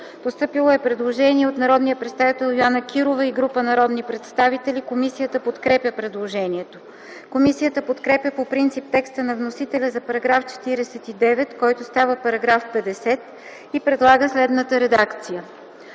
Постъпило е предложение от народния представител Йоана Кирова и група народни представители. Комисията подкрепя предложението. Комисията подкрепя по принцип текста на вносителя за § 49, който става § 50, и предлага следната редакция: